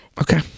Okay